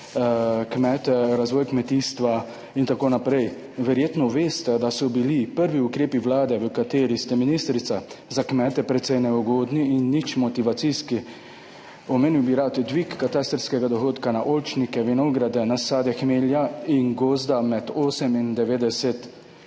kmete, razvoj kmetijstva in tako naprej. Verjetno veste, da so bili prvi ukrepi vlade, v kateri ste ministrica, za kmete precej neugodni in nič motivacijski. Omenil bi rad dvig katastrskega dohodka na oljčnike, vinograde, nasade hmelja in gozda med 8